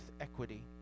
equity